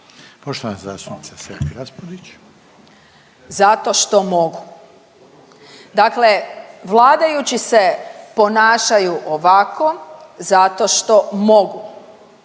Marija (Nezavisni)** Zato što mogu. Dakle, vladajući se ponašaju ovako zato što mogu.